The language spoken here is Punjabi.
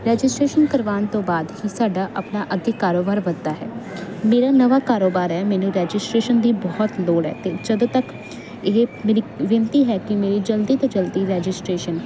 ਰਜਿਸਟਰੇਸ਼ਨ ਕਰਵਾਉਣ ਤੋਂ ਬਾਅਦ ਹੀ ਸਾਡਾ ਆਪਣਾ ਅੱਗੇ ਕਾਰੋਬਾਰ ਵਧਦਾ ਹੈ ਮੇਰਾ ਨਵਾਂ ਕਾਰੋਬਾਰ ਹੈ ਮੈਨੂੰ ਰਜਿਸਟਰੇਸ਼ਨ ਦੀ ਬਹੁਤ ਲੋੜ ਹੈ ਤੇ ਜਦੋਂ ਤੱਕ ਇਹ ਮੇਰੀ ਬੇਨਤੀ ਹੈ ਕਿ ਮੇਰੀ ਜਲਦੀ ਤੋਂ ਜਲਦੀ ਰਜਿਸਟਰੇਸ਼ਨ